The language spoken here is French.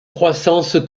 croissance